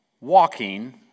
walking